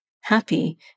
happy